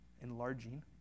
enlarging